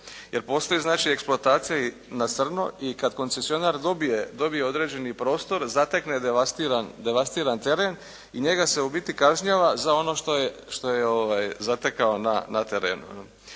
jer postoji znači eksploatacija na crno i kada koncesionar dobije odrđeni prostor, zatekne devastiran teren i njega se u biti kažnjava za ono što je zatekao na terenu.